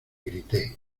grité